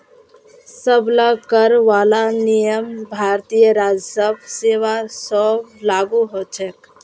सब ला कर वाला नियम भारतीय राजस्व सेवा स्व लागू होछे